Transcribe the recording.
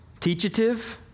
teachative